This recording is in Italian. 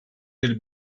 del